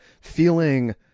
feeling